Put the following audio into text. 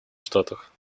штатах